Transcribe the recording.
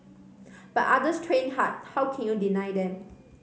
but others train hard how can you deny them